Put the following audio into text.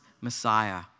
Messiah